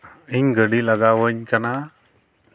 ᱤᱧ ᱜᱟᱹᱰᱤ ᱞᱟᱜᱟᱣᱟᱹᱧ ᱠᱟᱱᱟ